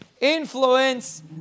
influence